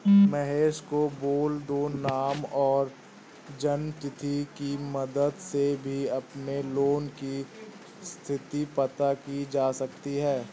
महेश को बोल दो नाम और जन्म तिथि की मदद से भी अपने लोन की स्थति पता की जा सकती है